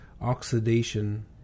oxidation